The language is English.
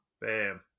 Bam